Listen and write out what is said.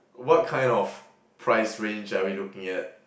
what kind of price range are we looking at